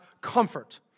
comfort